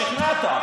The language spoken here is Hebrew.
שכנעת.